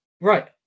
Right